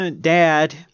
dad